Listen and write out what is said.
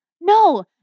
No